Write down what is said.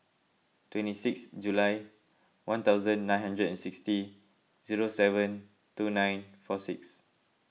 twenty six July one thousand nine hundred and sixty zero seven two nine four six